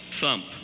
thump